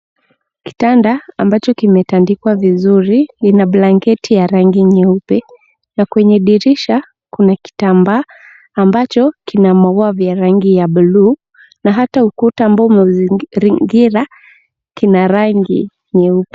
Kitanda ambacho kimetandikwa vizuri lina blanketi ya rangi nyeupe. Na kwenye dirisha kuna kitambaa ambacho kina maua vya rangi ya buluu. Na hata ukuta ambao umezingira kina rangi nyeupe.